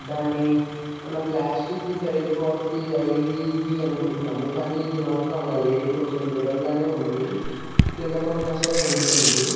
దాని మనం ప్లాస్టిక్ది కరిగిపోతుంది అది ఇది అనుకుంటాము కానీ ఇది మాత్రం అలా లేదు కొంచెం ధృడంగానే ఉంది కిందపడినా సరే ఉంటుంది